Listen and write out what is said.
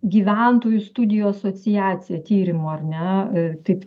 gyventojų studijų asociacija tyrimų ar ne taip